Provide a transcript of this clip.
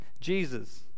Jesus